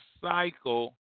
cycle